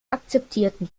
akzeptierten